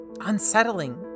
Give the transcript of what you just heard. Unsettling